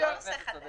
אבל אין פה נושא חדש.